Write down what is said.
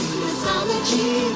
mythology